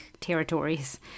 territories